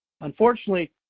Unfortunately